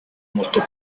molto